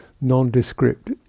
nondescript